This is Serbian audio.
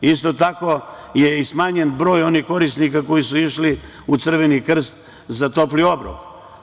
Isto tako, smanjen je broj korisnika koji su išli u Crveni krst za topli obrok.